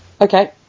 Okay